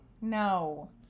No